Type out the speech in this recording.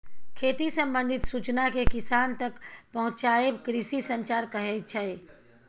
खेती संबंधित सुचना केँ किसान तक पहुँचाएब कृषि संचार कहै छै